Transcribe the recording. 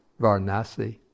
Varanasi